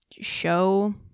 Show